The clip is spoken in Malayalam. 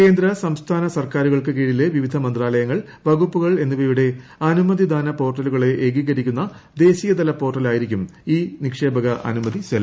കേന്ദ്ര സംസ്ഥാന സർക്കാരുകൾക്ക് കീഴിലെ വിവിധ മന്ത്രാലയങ്ങൾ വകുപ്പുകൾ എന്നിവയുടെ അനുമതി ദാന പോർട്ടലുകളെ ഏകീകരിക്കുന്ന ദേശീയതല പോർട്ടൽ ആയിരിക്കും ഈ നിക്ഷേപക അനുമതി സെൽ